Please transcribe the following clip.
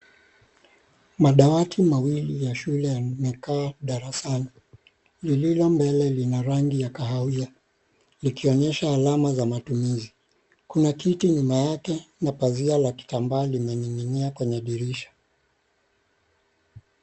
Madawati mawili ya shule yamekaa darasani lililo mbele lina rangi ya kahawia .Likionyesha alama za matumizi. kuna kiti nyuma yake na pazia la kitambaa lilomiminia kwenye dirisha.